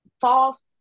false